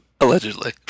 allegedly